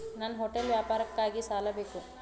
ನನ್ನ ಹೋಟೆಲ್ ವ್ಯಾಪಾರಕ್ಕಾಗಿ ಸಾಲ ಬೇಕು